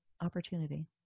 opportunity